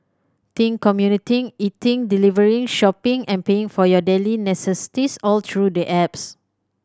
think commuting eating delivering shopping and paying for your daily necessities all through the apps